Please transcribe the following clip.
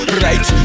right